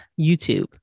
YouTube